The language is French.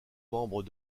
membres